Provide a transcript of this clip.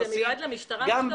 גם באמון -- זה מיועד למשטרה ---?